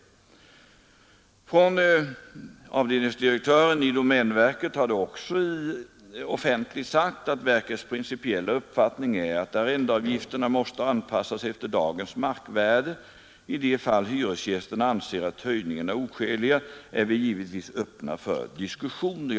Vederbörande avdelningsdirektör i domänverket har också offentligt förklarat att verkets principiella uppfattning är att arrendeavgifterna måste anpassas efter dagens markvärde, och i de fall hyresgästerna anser att höjningarna är oskäliga är vi givetvis öppna för diskussioner.